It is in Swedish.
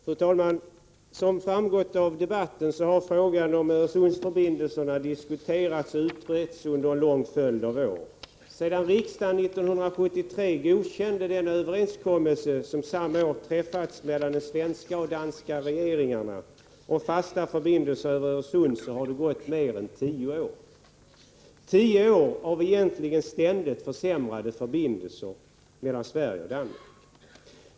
Fru talman! Som framgått av debatten har frågan om Öresundsförbindelserna diskuterats och utretts under en lång följd av år. Det är nu mer än tio år sedan riksdagen — det var 1973 — godkände den överenskommelse om fasta förbindelser över Öresund som den svenska och den danska regeringen hade träffat tidigare samma år. Egentligen kan man säga att dessa tio år har präglats av ständigt försämrade förbindelser mellan Sverige och Danmark.